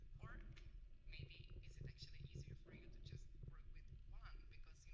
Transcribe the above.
or maybe is it actually easier for you to just work with one because, you know,